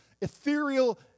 ethereal